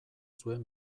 zuen